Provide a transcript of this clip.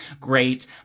great